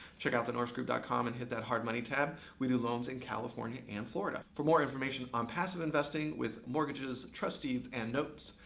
check out thenorrisgroup dot com and hit that hard money tab. we do loans in california and florida. for more information on passive investing with mortgages, trust deeds, and notes,